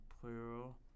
plural